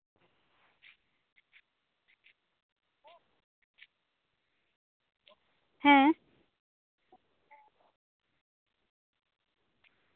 ᱦᱮᱸ